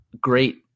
great